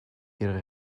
ihre